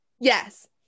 Yes